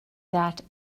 that